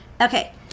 Okay